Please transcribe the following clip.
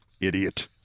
idiot